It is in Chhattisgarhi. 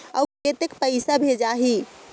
अउ कतेक पइसा भेजाही?